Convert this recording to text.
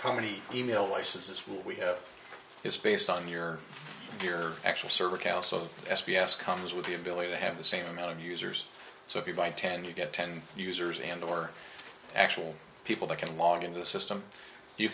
how many email licenses will we have his based on your your actual server cal so s b s comes with the ability to have the same amount of users so if you buy ten you get ten users and or actual people that can log into the system you